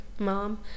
mom